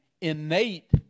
innate